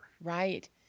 Right